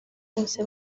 bose